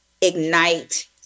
Ignite